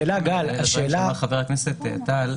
--- חבר הכנסת טל,